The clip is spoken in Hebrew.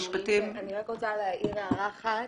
רוצה להעיר הערה אחת,